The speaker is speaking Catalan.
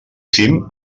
cim